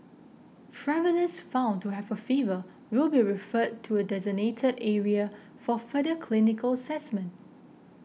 travellers found to have a fever will be referred to a designated area for further clinical assessment